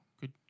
Good